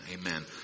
Amen